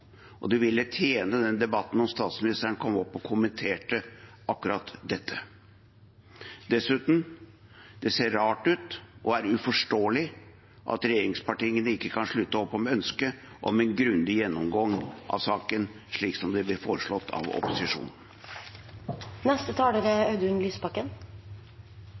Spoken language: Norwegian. Og det ville tjent denne debatten om statsministeren kom opp og kommenterte akkurat dette. Dessuten: Det ser rart ut og er uforståelig at regjeringspartiene ikke kan slutte opp om ønsket om en grundig gjennomgang av saken, slik det ble foreslått av